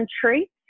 Country